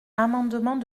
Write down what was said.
amendement